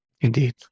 Indeed